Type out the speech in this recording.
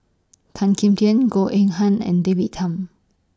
Tan Kim Tian Goh Eng Han and David Tham